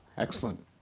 excellent.